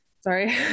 Sorry